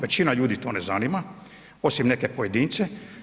Većina ljudi to ne zanima, osim neke pojedince.